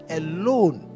alone